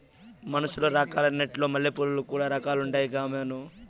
మనుసులల్ల రకాలున్నట్లే మల్లెపూలల్ల కూడా రకాలుండాయి గామోసు